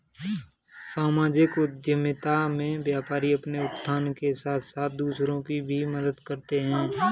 सामाजिक उद्यमिता में व्यापारी अपने उत्थान के साथ साथ दूसरों की भी मदद करते हैं